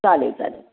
चालेल चालेल